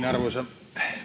arvoisa